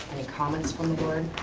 comments from the board?